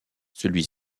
celui